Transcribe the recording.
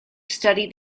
study